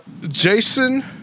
Jason